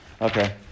Okay